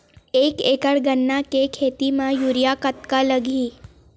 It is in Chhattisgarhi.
एक एकड़ गन्ने के खेती म यूरिया कतका लगही?